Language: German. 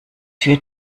führt